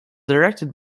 directed